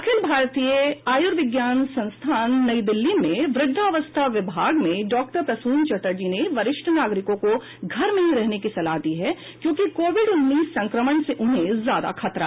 अखिल भारतीय आयुर्विज्ञान संस्थान नई दिल्ली में वृद्धावस्था विभाग में डॉक्टर प्रसून चटर्जी ने वरिष्ठ नागरिकों को घर में ही रहने की सलाह दी है क्योंकि कोविड उन्नीस संक्रमण से उन्हें ज्यादा खतरा है